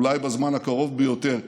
אולי בזמן הקרוב ביותר,